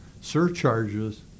surcharges